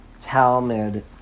Talmud